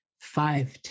five